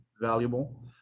valuable